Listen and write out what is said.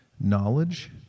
knowledge